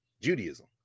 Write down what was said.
Judaism